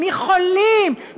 מחולים,